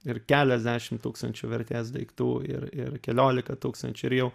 ir keliasdešim tūkstančių vertės daiktų ir ir keliolika tūkstančių ir jau